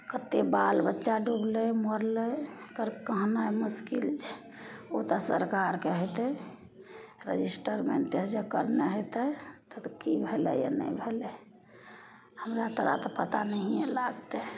कते बाल बच्चा डूबलय मरलय एकर कहनाइ मुश्किल छै ओ तऽ सरकारके हेतय रजिस्टर मेंटेन जे करनाइ हेतय तब की भेलय आओर नहि भेलय हमरा तोरा तऽ पता नहिये लागतय